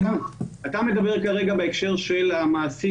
אתה מדבר כרגע על ההקשר של המעסיק